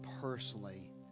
personally